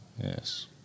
Yes